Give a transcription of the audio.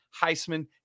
Heisman